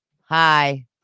hi